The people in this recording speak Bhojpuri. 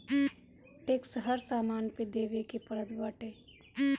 टेक्स हर सामान पे देवे के पड़त बाटे